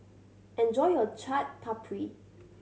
enjoy your Chaat Papri